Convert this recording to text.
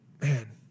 man